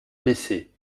baissé